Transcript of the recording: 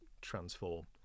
transform